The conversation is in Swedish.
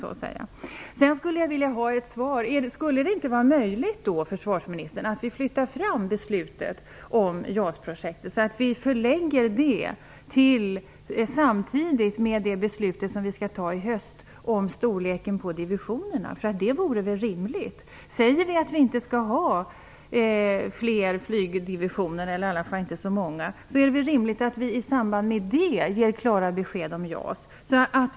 Jag skulle också vilja ha ett svar från försvarsministern på följande fråga: Skulle det inte vara möjligt att flytta fram beslutet om JAS-projektet, så att vi förlägger det samtidigt med det beslut som vi skall ta i höst om storleken på divisionerna? Det vore väl rimligt. Säger vi att vi inte skall ha fler flygdivisioner, eller i varje fall inte så många, är det väl rimligt att vi i samband med det ger klara besked om JAS.